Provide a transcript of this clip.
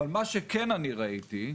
אבל מה שכן ראיתי,